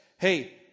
hey